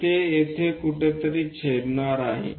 तर ते तिथे कुठेतरी छेदणार आहे